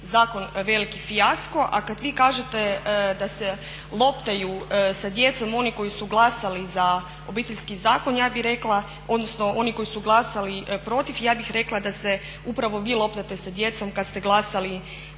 zakon veliki fijasko. A kad vi kažete da se loptaju sa djecom oni koji su glasali za Obiteljski zakon ja bih rekla, odnosno koji su glasali protiv, ja bih rekla da se upravo vi loptate sa djecom kad ste glasali